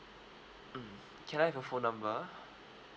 mm can I have your phone number